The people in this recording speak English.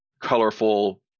colorful